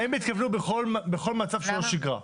הם התכוונו בכל מצב שהוא לא שגרה.